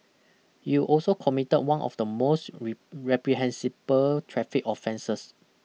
you also committed one of the most reprehensible traffic offences